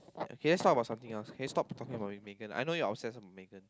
can you start about something else can you stop talking about Megan I know you're obsessed with Megan